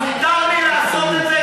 מותר לי לעשת את זה,